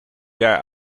jaar